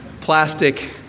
plastic